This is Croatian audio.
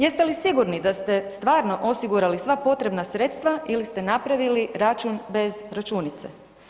Jeste li sigurni da ste stvarno osigurali sva potrebna sredstva ili ste napravili račun bez računice?